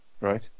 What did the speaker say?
Right